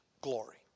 glory